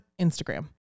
Instagram